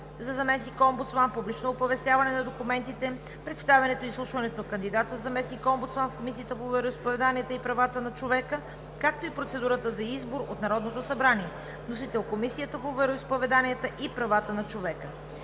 за заместник-омбудсман, публично оповестяване на документите, представянето и изслушването на кандидата за заместник-омбудсман в Комисията по вероизповеданията и правата на човека, както и процедурата за избор от Народното събрание. Вносител е Комисията по вероизповеданията и правата на човека.